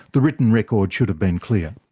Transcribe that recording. the written record should have been clear.